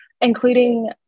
including